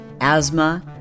asthma